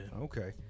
Okay